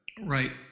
Right